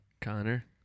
Connor